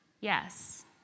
Yes